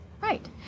Right